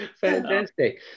fantastic